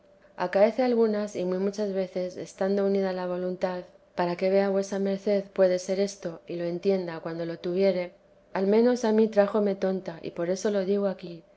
acaece algunas y muy muchas veces estando unida la voluntad para que vea vuesa merced puede ser esto y lo entienda cuando lo tuviere al menos a mí trájome tonta y por eso lo diga aquí